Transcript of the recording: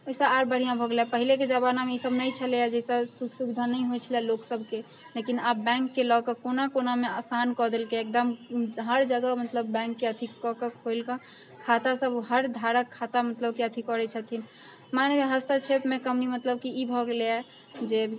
ओहि से आर बढ़िऑं भऽ गेलै पहिलेके जमानामे इसभ नहि छेलै जेहि से सुख सुविधा नहि होइ छलै लोक सभके लेकिन आब बैंकके लऽके कोना कोनामे आसान कऽ देलके एकदम हर जगह मतलब बैंकके अथि कऽके खोलिके खाता सभ मतलब हर धारक खाताके मतलब कि अथि करै छथिन मानवीय हस्तक्षेपमे कमी मतलब कि ई भऽ गेलै है जे